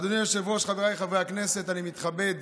אדוני היושב-ראש, חבריי חברי הכנסת, אני מתכבד